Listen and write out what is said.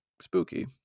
spooky